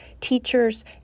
teachers